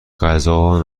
غذا